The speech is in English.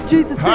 Jesus